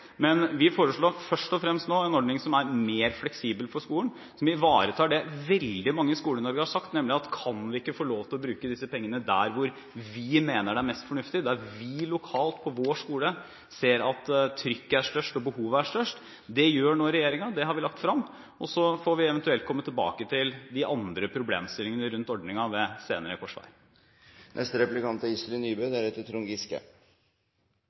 men vi foreslår nå først og fremst en ordning som er mer fleksibel for skolen, som ivaretar det veldig mange i Skole-Norge har sagt, nemlig om man ikke kan få lov til å bruke disse pengene der hvor man mener det er mest fornuftig, der man lokalt på sin skole ser at trykket er størst og behovet er størst. Det gjør nå regjeringen. Det har vi lagt frem. Så får vi eventuelt komme tilbake til de andre problemstillingene rundt ordningen ved senere